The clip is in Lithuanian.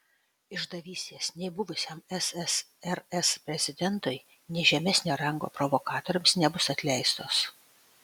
išdavystės nei buvusiam ssrs prezidentui nei žemesnio rango provokatoriams nebus atleistos